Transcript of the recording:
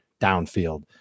downfield